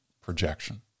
projection